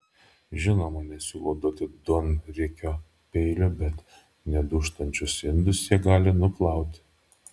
žinoma nesiūlau duoti duonriekio peilio bet nedūžtančius indus jie gali nuplauti